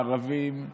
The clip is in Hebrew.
ערבים,